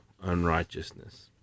unrighteousness